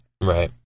Right